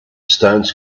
stones